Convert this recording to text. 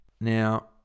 Now